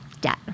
debt